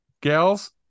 gals